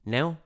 Now